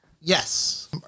Yes